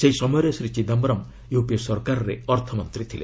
ସେହି ସମୟରେ ଶ୍ରୀ ଚିଦାୟରମ୍ ୟୁପିଏ ସରକାରରେ ଅର୍ଥମନ୍ତ୍ରୀ ଥିଲେ